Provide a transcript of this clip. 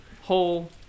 hole